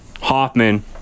Hoffman